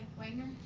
wagner?